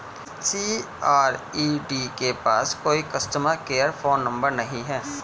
CRED के पास कोई कस्टमर केयर फोन नंबर नहीं है